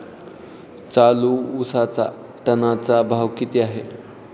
चालू उसाचा टनाचा भाव किती आहे?